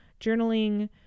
journaling